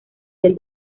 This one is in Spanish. del